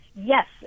Yes